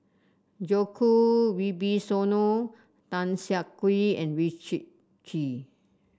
Djoko Wibisono Tan Siah Kwee and Richard Kee